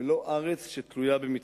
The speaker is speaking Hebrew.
ולא ארץ שתלויה במצוות.